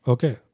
Okay